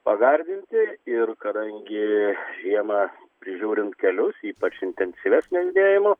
pagardinti ir kadangi žiemą prižiūrint kelius ypač intensyvesnio judėjimo